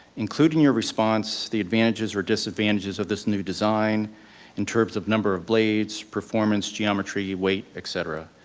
include in your response the advantages or disadvantages of this new design in terms of number of blades, performance, geometry, weight, et cetera.